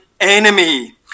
enemy